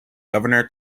governor